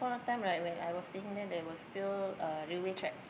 that point of time right when I was staying there there was still uh railway track